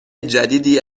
جدیدی